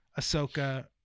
Ahsoka